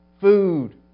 food